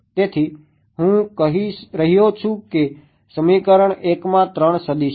તેથી હું કહી રહ્યો છું કે સમીકરણ 1 માં 3 સદીશ છે